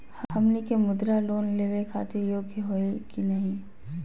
हमनी के मुद्रा लोन लेवे खातीर योग्य हई की नही?